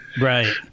Right